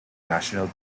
national